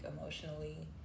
emotionally